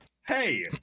hey